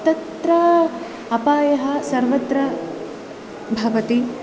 तत्र अपायः सर्वत्र भवति